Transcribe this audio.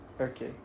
Okay